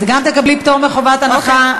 את גם תקבלי פטור מחובת הנחה,